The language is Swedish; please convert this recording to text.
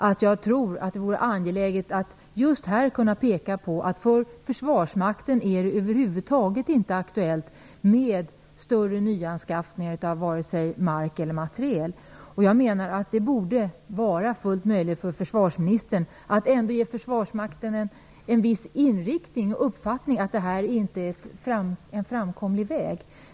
Därför tror jag att det är angeläget att just här kunna peka på att det för försvarsmakten över huvud taget inte är aktuellt med större nyanskaffningar av mark eller materiel. Det borde vara möjligt för försvarsministern att ge försvarsmakten en uppfattning om att det här inte är en framkomlig väg.